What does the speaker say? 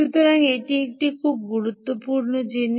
সুতরাং এটি একটি খুব গুরুত্বপূর্ণ জিনিস